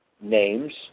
names